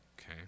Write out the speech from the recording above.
Okay